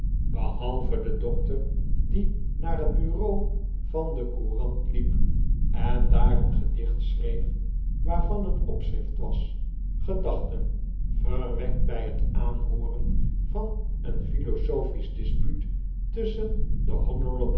behalve de dokter die naar het bureau van de cour ant liep en daar een gedicht schreef waarvan het opschrift was gedachten verwekt bij het aanhooren van een philosophisch dispuut tusschen den